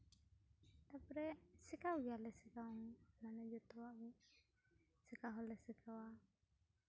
ᱛᱟᱨᱯᱚᱨᱮ ᱥᱮᱸᱠᱟᱣ ᱜᱮᱭᱟᱞᱮ ᱥᱮᱸᱠᱟᱣ ᱢᱟᱱᱮ ᱡᱚᱛᱚᱣᱟᱜ ᱜᱮ ᱥᱮᱸᱠᱟᱣ ᱦᱚᱸᱞᱮ ᱥᱮᱸᱠᱟᱣᱟ